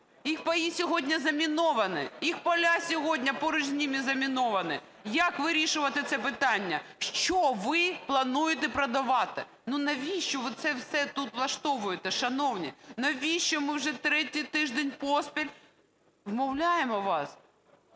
Їх паї сьогодні заміновані, їх поля сьогодні поруч з ними заміновані. Як вирішувати це питання? Що ви плануєте продавати? Ну навіщо ви це все тут влаштовуєте, шановні? Навіщо ми вже третій тиждень поспіль вмовляємо вас?